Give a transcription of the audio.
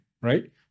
right